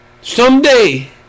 someday